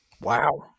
Wow